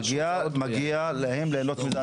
מגיע להם ליהנות מזה.